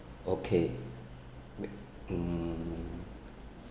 okay wait hmm